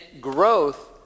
growth